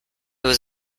was